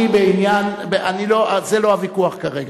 זה לא הוויכוח כרגע.